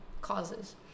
causes